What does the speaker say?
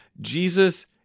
Jesus